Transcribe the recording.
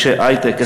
אנשי היי-טק,